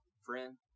friend